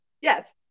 yes